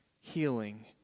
healing